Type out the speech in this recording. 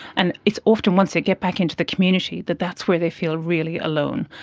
and it's often once they get back into the community that that's where they feel really alone.